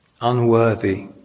unworthy